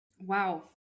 Wow